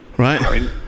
Right